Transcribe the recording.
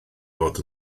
fod